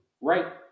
right